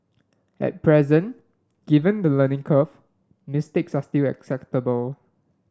at present given the learning curve mistakes are still acceptable